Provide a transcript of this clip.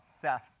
Seth